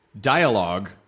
dialogue